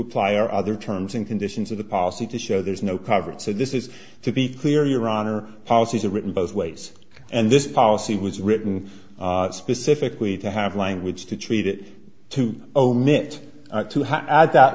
apply our other terms and conditions of the policy to show there's no coverage so this is to be clear your honor policies are written both ways and this policy was written specifically to have language to treat it to omit to have that